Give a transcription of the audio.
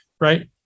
right